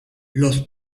los